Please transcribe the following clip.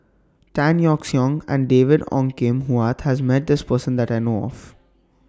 Tan Yeok Seong and David Ong Kim Huat has Met This Person that I know of